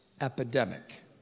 epidemic